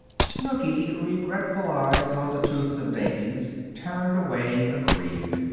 snooky, regretful eyes on the toothsome dainties, turned away aggrieved.